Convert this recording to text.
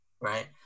right